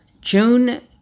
June